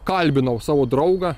kalbinau savo draugą